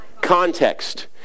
Context